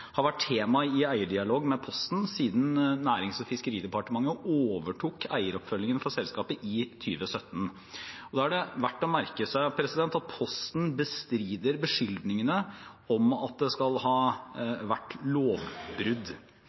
har vært tema i eierdialog med Posten siden Nærings- og fiskeridepartementet overtok eieroppfølgingen av selskapet i 2017. Det er verdt å merke seg at Posten bestrider beskyldningene om at det skal ha vært lovbrudd.